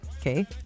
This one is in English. Okay